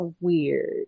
weird